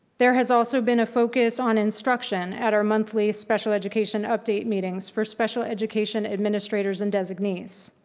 there has also been a focus on instruction at our monthly special education update meetings for special education administrators and designees.